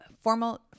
formal